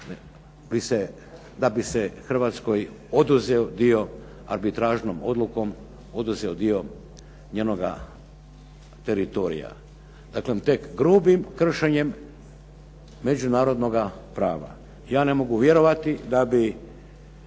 da bi se Hrvatskoj oduzeo dio arbitražnom odlukom, oduzeo dio njenoga teritorija. Daklem, tek grubim kršenjem međunarodnoga prava. Ja ne mogu vjerovati da bi